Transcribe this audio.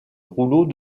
rouleaux